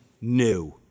new